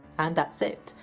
and that's it!